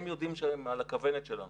הם יודעים שהם על הכוונת שלנו.